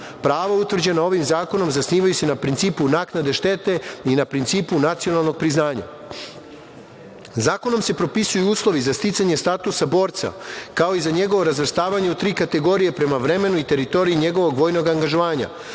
Pravo utvrđeno ovim zakonom zasnivaju se na principu naknade šteta i na principu nacionalnog priznanja. Zakonom se propisuju uslovi za sticanje statusa borca kao i za njegovo razvrstavanje u tri kategorije prema vremenu i teritoriji njegovog vojnog angažovanja.